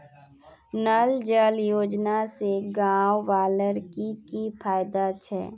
नल जल योजना से गाँव वालार की की फायदा छे?